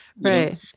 Right